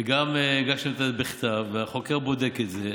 וגם הגשתם בכתב, והחוקר בודק את זה,